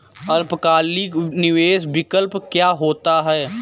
अल्पकालिक निवेश विकल्प क्या होता है?